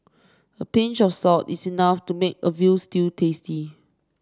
a pinch of salt is enough to make a veal stew tasty